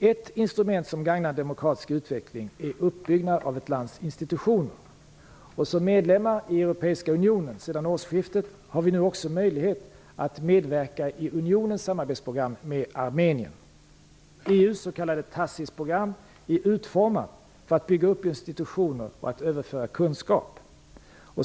Ett instrument som gagnar demokratisk utveckling är uppbyggnad av ett lands institutioner. Som medlemmar i Europeiska unionen sedan årsskiftet har vi nu också möjlighet att medverka i unionens samarbetsprogram med Armenien. EU:s s.k. TACIS program är utformat för att bygga upp institutioner och för att överföra kunskap.